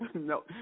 no